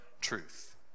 truth